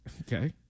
Okay